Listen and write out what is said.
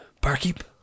barkeep